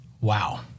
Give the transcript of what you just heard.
Wow